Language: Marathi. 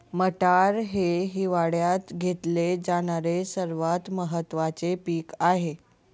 मटार हे हिवाळयात घेतले जाणारे सर्वात महत्त्वाचे पीक आहे